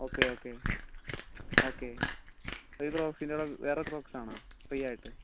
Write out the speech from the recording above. okay okay okay pro വേറെ ക്രോക്സാണോ free ആയിട്ട്